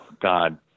God